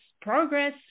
progress